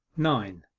nine.